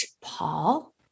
Paul